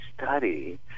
study